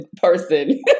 person